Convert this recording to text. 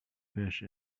fish